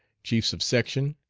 chiefs of section,